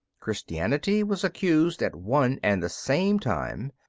christianity was accused, at one and the same time,